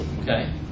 Okay